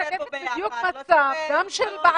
שצריך לטפל בו ביחד --- אני משקפת בדיוק מצב גם של בעלי